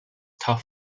tough